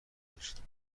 داشت